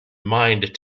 mind